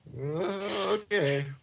Okay